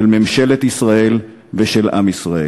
של ממשלת ישראל ושל עם ישראל.